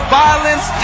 violence